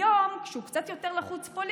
היום, כשהוא קצת יותר לחוץ פוליטית,